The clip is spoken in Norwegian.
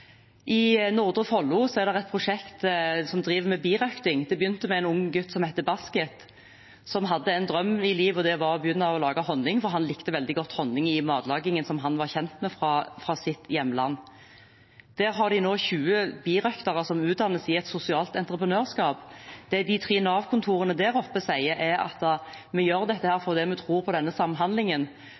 I Nordre Follo er det et prosjekt som driver med birøkting. Det begynte med en ung gutt som heter Baskit. Han hadde én drøm i livet, og det var å begynne å lage honning, for han likte veldig godt honning i matlagingen han var kjent med fra sitt hjemland. Der har de nå 20 birøktere som utdannes i et sosialt entreprenørskap. Det de tre Nav-kontorene der oppe sier, er at de gjør dette fordi de tror på denne samhandlingen,